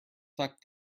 tuck